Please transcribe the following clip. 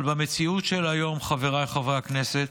אבל במציאות של היום, חבריי חברי הכנסת,